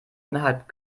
innerhalb